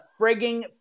frigging